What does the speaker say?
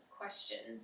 question